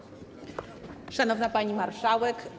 Szanowna Pani Marszałek!